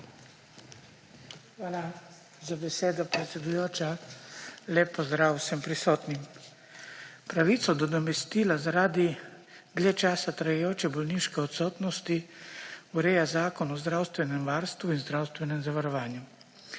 Hvala za besedo, predsedujoča. Lep pozdrav vsem prisotnim! Pravico do nadomestila zaradi dlje časa trajajoče bolniške odsotnosti ureja Zakon o zdravstvenem varstvu in zdravstvenem zavarovanju.